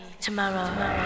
tomorrow